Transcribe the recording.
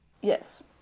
Yes